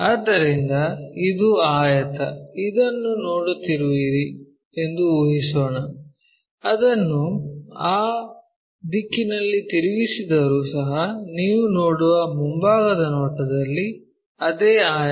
ಆದ್ದರಿಂದ ಇದು ಆಯತ ಇದನ್ನು ನೋಡುತ್ತಿರುವಿರಿ ಎಂದು ಊಹಿಸೋಣ ಅದನ್ನು ಆ ದಿಕ್ಕಿನಲ್ಲಿ ತಿರುಗಿಸಿದರೂ ಸಹ ನೀವು ನೋಡುವ ಮುಂಭಾಗದ ನೋಟದಲ್ಲಿ ಅದೇ ಆಯತ